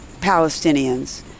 Palestinians